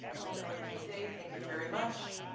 calling the orders of the day. thank you very much.